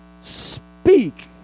speak